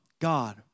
God